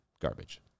Garbage